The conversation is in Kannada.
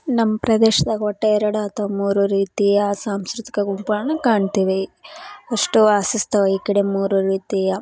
ನಮ್ಮ ಪ್ರದೇಶ್ದಾಗ ಒಟ್ಟು ಎರಡು ಅಥ್ವಾ ಮೂರು ರೀತಿಯ ಸಾಂಸ್ಕೃತಿಕ ಗುಂಪುಗಳನ್ನು ಕಾಣ್ತೇವೆ ಅಷ್ಟು ವಾಸಿಸ್ತವೆ ಈ ಕಡೆ ಮೂರು ರೀತಿಯ